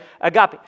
agape